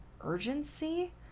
urgency